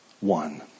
one